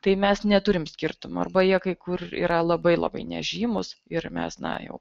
tai mes neturim skirtumo arba jie kai kur yra labai labai nežymūs ir mes na jau